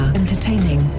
entertaining